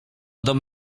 dom